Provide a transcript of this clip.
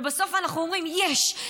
ובסוף אנחנו אומרים: יש,